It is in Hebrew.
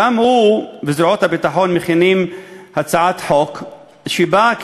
גם הוא וזרועות הביטחון מכינים הצעת חוק שבאה